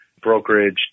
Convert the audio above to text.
brokerage